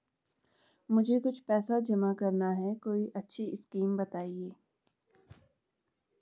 मुझे कुछ पैसा जमा करना है कोई अच्छी स्कीम बताइये?